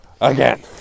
Again